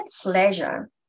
pleasure